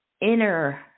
inner